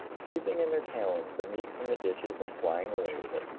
seizing in their talons the meat from the dishes and flying away with it.